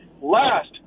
Last